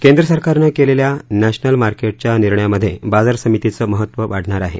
केंद्र सरकारनं केलेल्या नॅशनल मार्केटच्या निर्णयामध्ये बाजार समितीचं महत्व वाढणार आहे